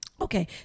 okay